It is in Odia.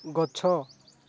ଗଛ